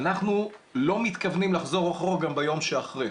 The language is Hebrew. אנחנו לא מתכוונים לחזור אחורה גם ביום שאחרי.